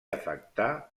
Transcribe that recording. afectà